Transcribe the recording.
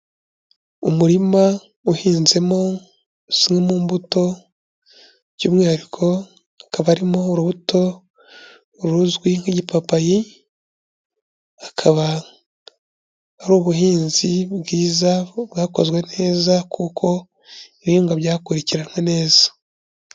Umurima uhinzemo zimwe mu mbuto, by'umwihariko akaba arimo urubuto ruzwi nk'igipapayi, akaba ari ubuhinzi bwiza bwakozwe neza kuko ibihingwa byakurikiranwe neza.